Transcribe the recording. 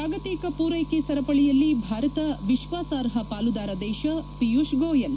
ಜಾಗತಿಕ ಪೂರ್ನೆಕೆ ಸರಪಳಿಯಲ್ಲಿ ಭಾರತ ವಿಶ್ವಾಸಾರ್ಹ ಪಾಲುದಾರ ದೇಶ ಪಿಯೂಷ್ ಗೋಯಲ್